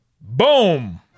Boom